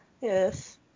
yes